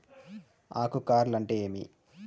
ఆకు కార్ల్ అంటే ఏమి?